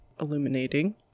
illuminating